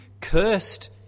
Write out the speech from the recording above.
cursed